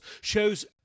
shows